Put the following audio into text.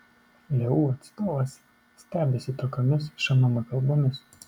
leu atstovas stebisi tokiomis šmm kalbomis